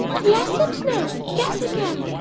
yes and no. guess again.